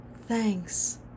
Thanks